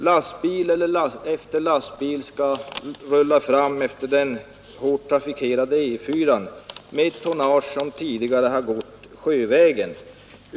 Lastbil efter lastbil skall rulla fram på den hårt trafikerade E 4 med fraktgods som tidigare har gått sjövägen.